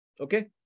Okay